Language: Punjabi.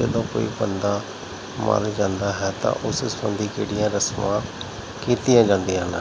ਜਦੋਂ ਕੋਈ ਬੰਦਾ ਮਰ ਜਾਂਦਾ ਹੈ ਤਾਂ ਉਸ ਸੰਬੰਧੀ ਕਿਹੜੀਆਂ ਰਸਮਾਂ ਕੀਤੀਆਂ ਜਾਂਦੀਆਂ ਹਨ